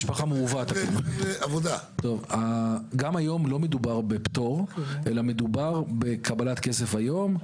גם היום לא מדובר בפטור אלא בקבלת כסף היום.